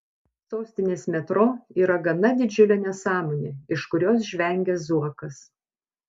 sostinės metro yra gana didžiulė nesąmonė iš kurios žvengia zuokas